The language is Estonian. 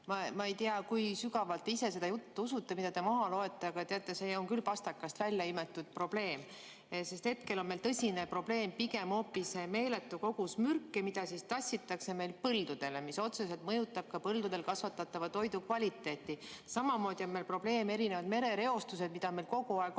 Ma ei tea, kui sügavalt te ise seda juttu usute, mida te maha loete, aga teate, see on küll pastakast välja imetud probleem. Hetkel on meil tõsine probleem pigem hoopis meeletu kogus mürke, mida tassitakse põldudele ja mis otseselt mõjutavad ka põldudel kasvatatava toidu kvaliteeti. Samamoodi on meil probleemiks merereostus, mida meil kogu aeg on.